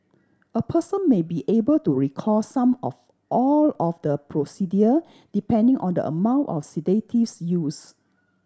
a person may be able to recall some of all of the procedure depending on the amount of sedatives used